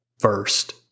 first